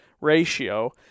ratio